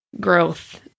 growth